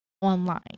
online